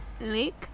Lake